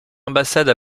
ambassade